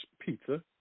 pizza